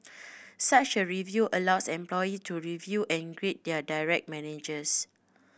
such a review allows employee to review and grade their direct managers